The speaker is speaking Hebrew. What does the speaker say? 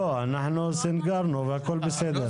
אנחנו סנגרנו והכול בסדר.